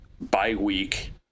bi-week